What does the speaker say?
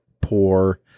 poor